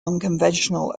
unconventional